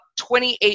28